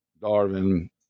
Darwin